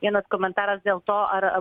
vienas komentaras dėl to ar